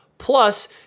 Plus